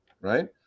Right